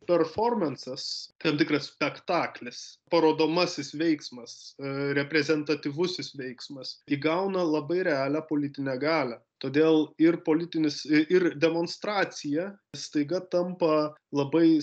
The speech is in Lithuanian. performansas ten tikras spektaklis parodomasis veiksmas reprezentatyvusis veiksmas įgauna labai realią politinę galią todėl ir politinis ir demonstracija staiga tampa labai